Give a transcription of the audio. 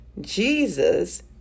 Jesus